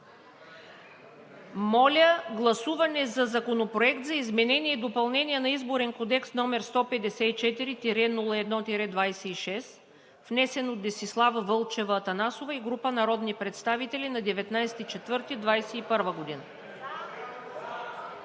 Моля, гласуване за Законопроект за изменение и допълнение на Изборния кодекс, № 154-01-26, внесен от Десислава Вълчева Атанасова и група народни представители на 19 април